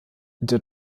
der